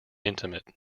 intimate